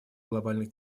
глобальных